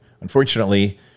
Unfortunately